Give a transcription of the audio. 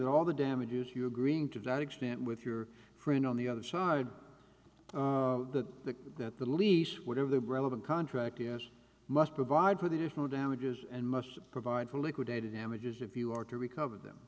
that all the damages you agreeing to that extent with your friend on the other side that the that the lease would have the relevant contract is must provide for the different damages and must provide for liquidated damages if you are to recover them